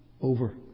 over